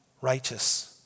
righteous